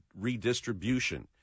redistribution